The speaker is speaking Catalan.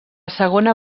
segona